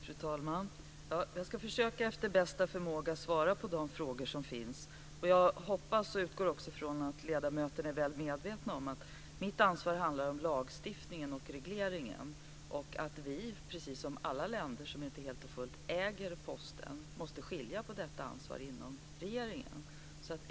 Fru talman! Jag ska försöka att efter bästa förmåga svara på de frågor som har ställts. Jag utgår ifrån att ledamöterna är väl medvetna om att mitt ansvarsområde handlar om lagstiftning och reglering. Precis som alla länder som inte helt och fullt äger Posten måste vi skilja på detta ansvar inom regeringen.